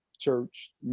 church